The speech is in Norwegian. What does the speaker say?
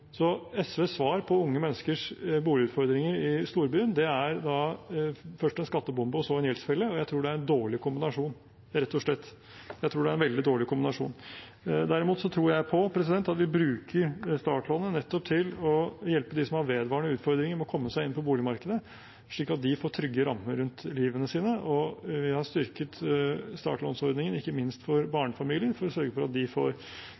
Så SVs svar på unge menneskers boligutfordringer i storbyen er først en skattebombe og så en gjeldsfelle. Jeg tror det er en veldig dårlig kombinasjon, rett og slett. Derimot tror jeg på at vi bruker startlånet nettopp til å hjelpe dem som har vedvarende utfordringer med å komme seg inn på boligmarkedet, slik at de får trygge rammer rundt livet sitt. Vi har styrket startlånsordningen ikke minst for barnefamilier, for å sørge for at de får